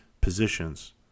positions